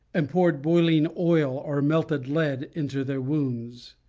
and poured boiling oil or melted lead into their wounds,